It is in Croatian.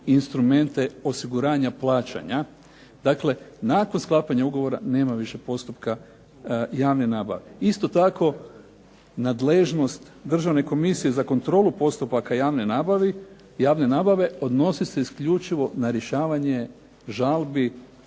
instrumente osiguranja plaćanja. Dakle, nakon sklapanja ugovora nema više postupka javne nabave. Isto tako nadležnost Državne komisije za kontrolu postupaka javne nabave odnosi se isključivo na rješavanje žalbi